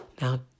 Now